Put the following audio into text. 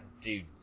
Dude